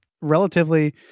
relatively